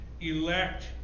elect